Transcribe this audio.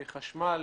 חשמל